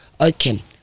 Okay